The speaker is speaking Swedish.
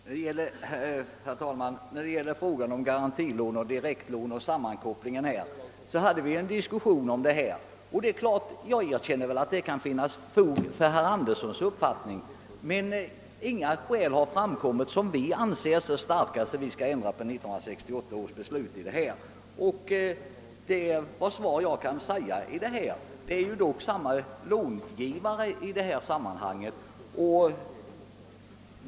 Herr talman! Beträffande frågan om sammankopplingen av garantilån och direktlån hade vi en diskussion i utskottet. Jag erkänner att det kan finnas fog för herr Anderssons uppfattning, men det har inte framkommit så starka skäl för denna, att vi ansett oss böra ändra på 1968 års beslut. Det är ju dock samma långivare i detta sammanhang.